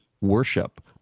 worship